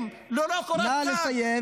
נשים, ללא קורת גג,